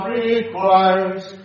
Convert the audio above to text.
requires